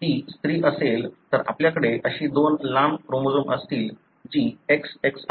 ती स्त्री असेल तर आपल्याकडे अशी दोन लांब क्रोमोझोम असतील जी XX आहेत